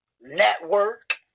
network